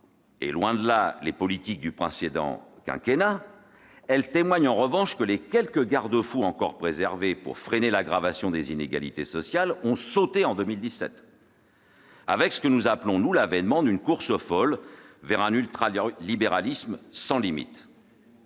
loin de là ! -les politiques du précédent quinquennat, elle témoigne, en revanche, que les quelques garde-fous encore préservés pour freiner l'aggravation des inégalités sociales ont sauté en 2017, avec ce que nous appelons l'avènement d'une course folle vers un ultralibéralisme sans limites.